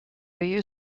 you